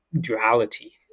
duality